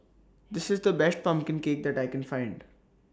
This IS The Best Pumpkin Cake that I Can Find